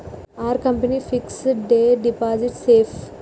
Are company fixed deposit safe?